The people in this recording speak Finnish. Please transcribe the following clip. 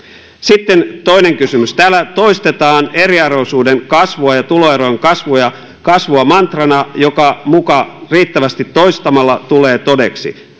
sitten toinen kysymys täällä toistetaan eriarvoisuuden kasvua ja tuloeron kasvua mantrana joka muka riittävästi toistamalla tulee todeksi